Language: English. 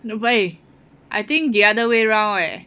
no way I think the other way round leh